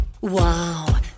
Wow